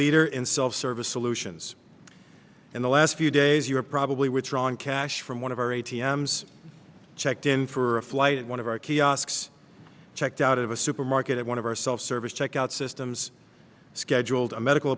leader in self service solutions in the last few days you have probably withdrawn cash from one of our a t m s checked in for a flight at one of our kiosks checked out of a supermarket at one of our self service checkout systems scheduled a medical